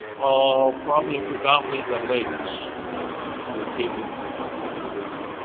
all, probably predominantly, the lakes were given to women,